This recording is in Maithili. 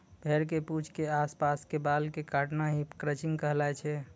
भेड़ के पूंछ के आस पास के बाल कॅ काटना हीं क्रचिंग कहलाय छै